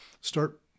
start